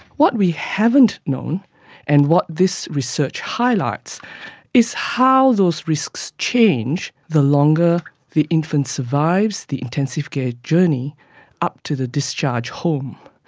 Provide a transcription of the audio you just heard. what we haven't known and what this research highlights is how those risks change the longer the infant survives the intensive care journey up to the discharge home.